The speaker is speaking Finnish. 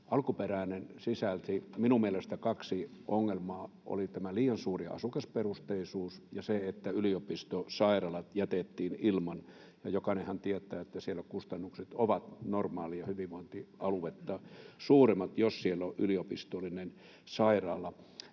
alkuperäinen sisälsi minun mielestäni kaksi ongelmaa: oli liian suuri asukasperusteisuus ja se, että yliopistosairaalat jätettiin ilman. Jokainenhan tietää, että kustannukset ovat normaalia hyvinvointialuetta suuremmat, jos siellä on yliopistollinen sairaala.